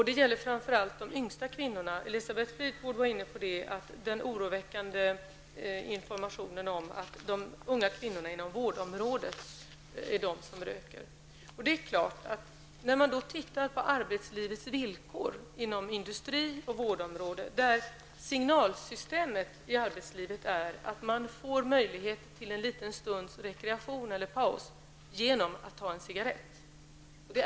Det gäller framför allt de yngsta kvinnorna. Elisabeth Fleetwood var inne på den oroväckande informationen om att det är de unga kvinnorna inom vården som röker mest. Arbetslivets villkor inom industri och vårdområdet, signalsystemet i arbetslivet, är sådant att man får möjlighet till en liten stunds rekreation eller paus genom att ta en cigarett.